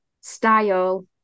Style